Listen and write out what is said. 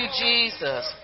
Jesus